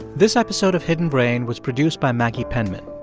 this episode of hidden brain was produced by maggie penman.